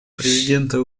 президента